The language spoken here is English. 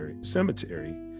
cemetery